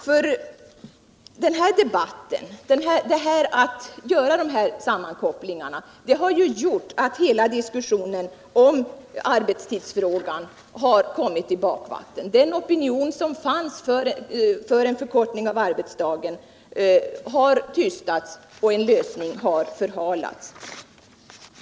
som ju har lett till att hela diskussionen om arbetstidsfrågan har kommit i bakvatten. Den opinion som fanns för en förkortning av arbetsdagen har tystats, och en lösning har förhalats.